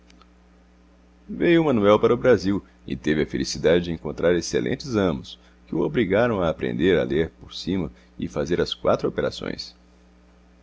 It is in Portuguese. o manuel para o brasil e teve a felicidade de encontrar excelentes amos que o obrigaram a aprender a ler por cima e fazer as quatro operações